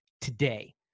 today